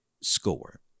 score